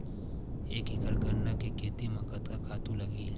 एक एकड़ गन्ना के खेती म कतका खातु लगही?